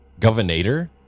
Governator